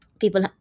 people